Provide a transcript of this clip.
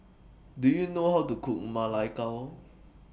Do YOU know How to Cook Ma Lai Gao